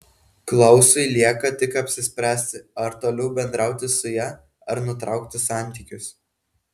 klausui lieka tik apsispręsti ar toliau bendrauti su ja ar nutraukti santykius